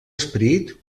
esperit